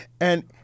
And-